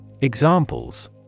Examples